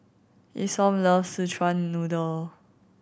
Isom loves Szechuan Noodle